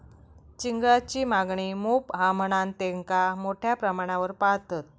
चिंगळांची मागणी मोप हा म्हणान तेंका मोठ्या प्रमाणावर पाळतत